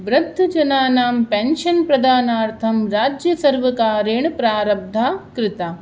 वृद्धजनानां pension प्रदानार्थं राज्यसर्वकारेण प्रारब्धा कृता